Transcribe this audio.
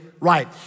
right